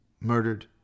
murdered